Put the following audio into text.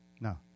No